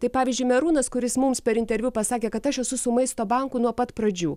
tai pavyzdžiui merūnas kuris mums per interviu pasakė kad aš esu su maisto banku nuo pat pradžių